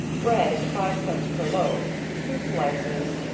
bread at five cents per loaf, two slices,